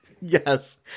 Yes